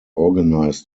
organized